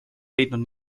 leidnud